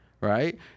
right